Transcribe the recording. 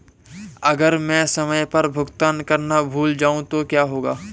अगर मैं समय पर भुगतान करना भूल जाऊं तो क्या होगा?